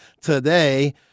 today